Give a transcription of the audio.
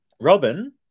Robin